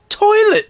Toilet